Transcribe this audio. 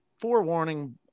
Forewarning